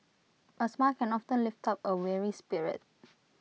A smile can often lift up A weary spirit